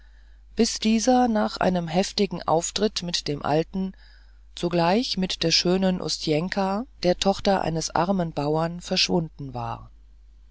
bis dieser nach einem heftigen auftritt mit dem alten zugleich mit der schönen ustjnka der tochter eines armen bauern verschwunden war